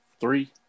Three